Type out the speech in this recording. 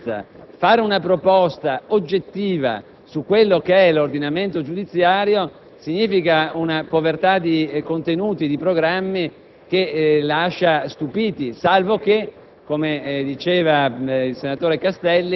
non è possibile, per l'attuale maggioranza, avanzare una proposta oggettiva sull'ordinamento giudiziario significa una povertà di contenuti e di programmi che lascia stupiti; salvo che,